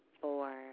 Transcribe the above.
four